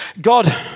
God